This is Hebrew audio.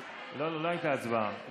לא הייתה הצבעה.